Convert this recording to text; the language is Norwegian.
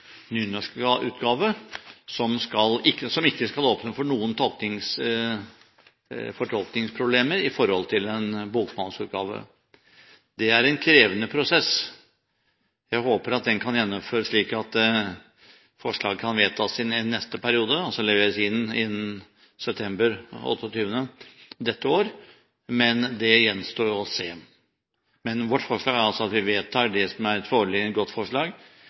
som ikke skal åpne for noen fortolkningsproblemer i forhold til en bokmålsutgave. Det er en krevende prosess. Jeg håper at den kan gjennomføres slik at forslaget kan vedtas i neste periode – altså leveres inn innen 28. september dette år – men det gjenstår å se. Men vårt forslag er altså at vi vedtar det foreliggende forslaget – et forslag som faktisk alle mener er